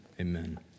Amen